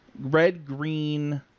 red-green